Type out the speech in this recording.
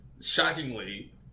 shockingly